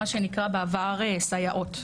מה שנקרא בעבר "סייעות".